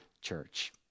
church